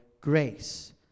grace